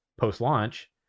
post-launch